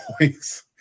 voice